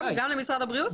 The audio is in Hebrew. למשרד הבריאות.